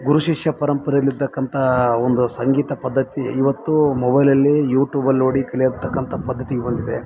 ಗುರುಶಿಷ್ಯ ಪರಂಪರೆಯಲಿದ್ದಂಥ ೊಂದು ಸಂಗೀತ ಪದ್ಧತಿ ಇವತ್ತು ಮೊಬೈಲಲ್ಲಿ ಯೂಟುಬಲ್ಲೋಡಿ ಕಲಿಯೋತಕ್ಕಂಥ ಪದ್ಧತಿಗೆ ಬಂದಿದೆ